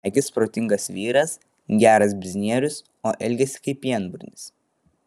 regis protingas vyras geras biznierius o elgiasi kaip pienburnis